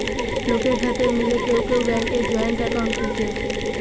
লোকের সাথে মিলে কেউ কেউ ব্যাংকে জয়েন্ট একাউন্ট খুলছে